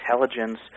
intelligence